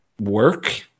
work